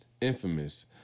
Infamous